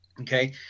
Okay